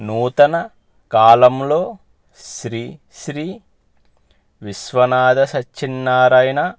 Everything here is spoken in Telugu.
నూతన కాలంలో శ్రీ శ్రీ విశ్వనాథ సత్యన్నారాయణ